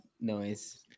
noise